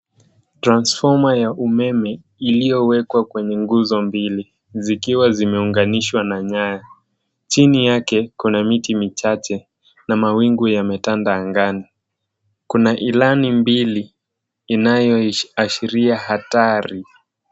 Transfoma ya umeme iliyowekwa kwenye nguzo mbili, zikiwa zimeunganishwa na nyaya. Chini yake kuna miti michache na mawingu yametanda angani. Kuna ilani mbili inayoashiria hatari.